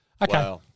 Okay